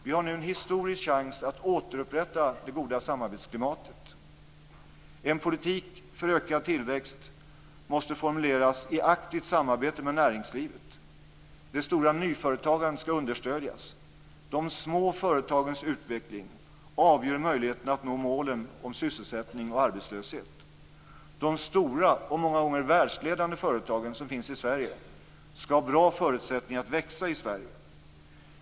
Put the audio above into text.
Vi har nu en historisk chans att återupprätta det goda samarbetsklimatet. En politik för ökad tillväxt måste formuleras i aktivt samarbete med näringslivet. Det stora nyföretagandet skall understödjas. De små företagens utveckling avgör möjligheten att nå målen om sysselsättning och arbetslöshet. De stora och många gånger världsledande företag som finns i Sverige skall ha bra förutsättningar att växa i Sverige.